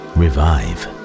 revive